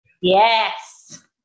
Yes